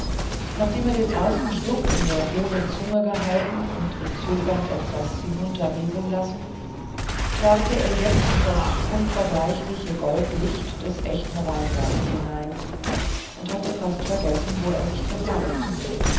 nachdem er den ersten schluck in der hohlen zunge gehalten und ihn zögernd hatte hinunterrieseln lassen starrte er jetzt in das unvergleichliche goldlicht des echten rheinweines hinein und hatte fast vergessen wo er sich befand